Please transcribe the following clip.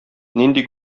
нинди